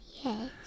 Yes